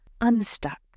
unstuck